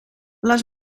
les